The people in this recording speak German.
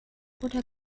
oder